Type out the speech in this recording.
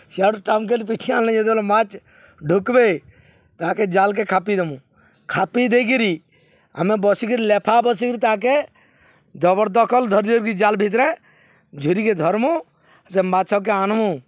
ସେଆଡ଼ୁ ଟାମକେଲ୍ ପିଟି ଆନ୍ଲେ ଯେତେବେଲେ ମାଛ୍ ଢୁକ୍ବେ ତାହାକେ ଜାଲ୍କେ ଖାପିଦେମୁ ଖାପି ଦେଇକିରି ଆମେ ବସିକିରି ଲେଫା ବସିକିରି ତାକେ ଧବର୍ ଦଖଲ୍ ଧରିରିକି ଜାଲ୍ ଭିତ୍ରେ ଝୁରିକେ ଧର୍ମୁ ସେ ମାଛ୍କେ ଆନ୍ମୁ